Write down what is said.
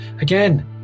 again